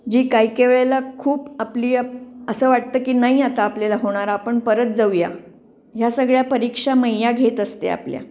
जी काय काय वेळेला खूप आपली असं वाटतं की नाही आता आपल्याला होणारा आपण परत जाऊया ह्या सगळ्या परीक्षा मैया घेत असते आपल्या